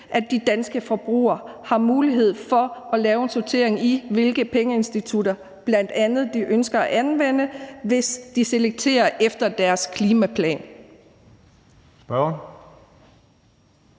at de danske forbrugere bl.a. har mulighed for at lave en sortering i, hvilket pengeinstitut man ønsker at anvende, hvis man selekterer efter deres klimaplan.